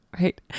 right